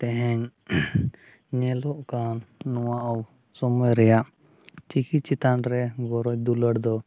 ᱛᱮᱦᱮᱧ ᱧᱮᱞᱚᱜ ᱠᱟᱱ ᱱᱚᱣᱟ ᱥᱚᱢᱚᱭ ᱨᱮᱭᱟᱜ ᱪᱤᱠᱤ ᱪᱮᱛᱟᱱ ᱨᱮ ᱜᱚᱨᱚᱡᱽ ᱫᱩᱞᱟᱹᱲ ᱫᱚ